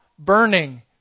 burning